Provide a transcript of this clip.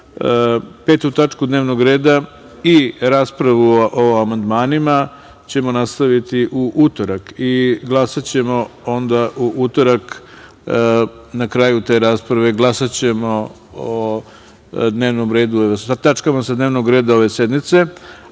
Petu tačku dnevnog reda i raspravu o amandmanima ćemo nastaviti u utorak i glasaćemo onda u utorak. Na kraju te rasprave glasaćemo o tačkama dnevnog reda ove sednice,